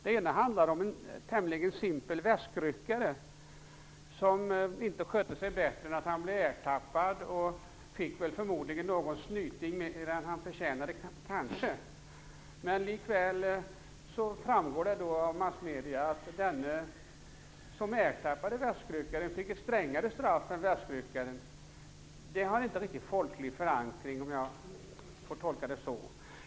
Den ena handlar om en tämligen simpel väskryckare som inte skötte sig bättre än att han blev ertappad, och kanske fick någon snyting mer än han förtjänade. Likväl framgår det av massmedierna att den som ertappade väskryckaren fick ett strängare straff än väskryckaren. Det har inte riktigt folklig förankring, om jag får tolka det så.